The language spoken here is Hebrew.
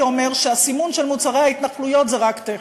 אומר שהסימון של מוצרי ההתנחלויות זה רק טכני.